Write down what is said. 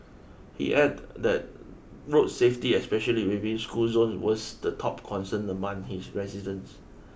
he add that road safety especially within school zones was the top concern among his residents